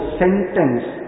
sentence